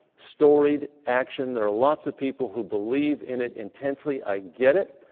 storied action. there are lots of people who believe in it intensely. i get it.